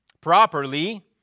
properly